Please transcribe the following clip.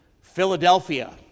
Philadelphia